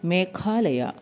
Meghalaya